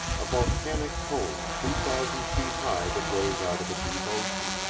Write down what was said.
a volcanic cone two thousand feet high that rose out of the deep ocean.